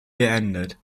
beendet